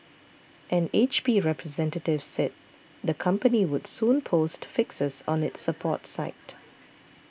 an H P representative said the company would soon post fixes on its support site